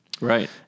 Right